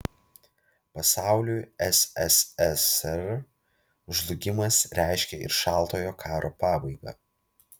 pasauliui sssr žlugimas reiškė ir šaltojo karo pabaigą